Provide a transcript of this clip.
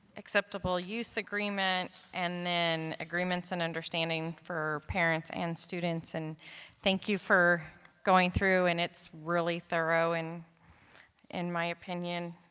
acceptable use agreement an then agreements and understanding for parents and students. and thank you for going through and it's really through in in my opinion,